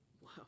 Wow